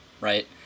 right